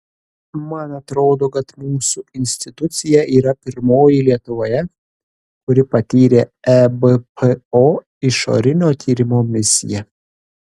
man atrodo kad mūsų institucija yra pirmoji lietuvoje kuri patyrė ebpo išorinio tyrimo misiją